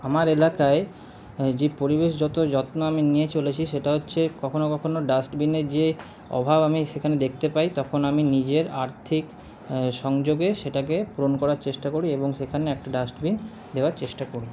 আমার এলাকায় যে পরিবেশ যত যত্ন আমি নিয়ে চলেছি সেটা হচ্ছে কখনও কখনও ডাস্টবিনে যে অভাব আমি সেখানে দেখতে পাই তখন আমি নিজের আর্থিক সংযোগে সেটাকে পূরণ করার চেষ্টা করি এবং সেখানে একটা ডাস্টবিন দেওয়ার চেষ্টা করি